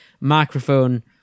microphone